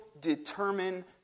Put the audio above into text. determine